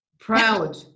Proud